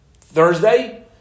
Thursday